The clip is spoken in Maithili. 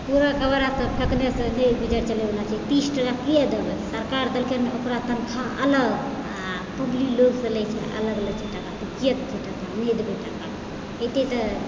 कूड़ा कबाड़ा फेकने सँ नीक विजय चलयवला छै तीस टाका किएक देबय सरकार देलकनि ओकरा तनखा अलग आओर पब्लिक लोकसँ लै छै अलग अलग टाका किएक देबय टाका हम नहि देबय टाका एते